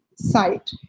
site